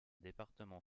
département